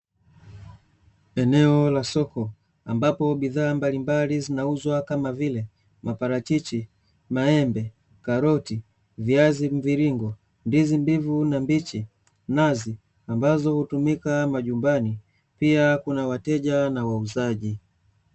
Eneo la soko ambapo bidhaa mbalimbali zinauzwa kama vile: maparachichi, maembe, karoti, viazi mviringo, ndizi mbivu na mbichi, nazi, ambazo hutumika majumbani pia kuna wateja na wauzaji.